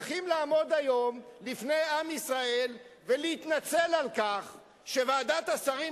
צריכים לעמוד היום בפני עם ישראל ולהתנצל על כך שוועדת השרים